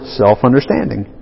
self-understanding